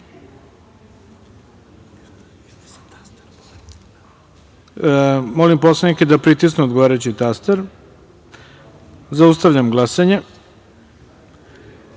poslanike da pritisnu odgovarajući taster. Zaustavljam glasanje: